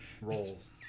Rolls